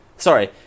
Sorry